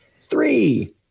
three